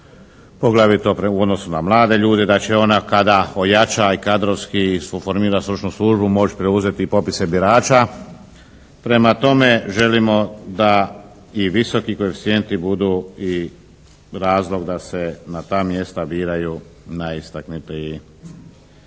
poglavito u odnosu na mlade ljude, da će ona kada ojača i kadrovski se formira stručnu službu moći preuzeti i popise birača. Prema tome želimo da i visoki koeficijenti budu i razlog da se na ta mjesta biraju najistaknutiji